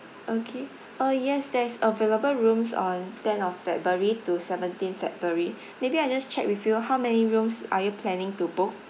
okay oh yes that's available rooms on ten of february to seventeen february maybe I just check with you how many rooms are you planning to book